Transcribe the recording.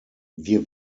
wir